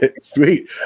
sweet